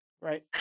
Right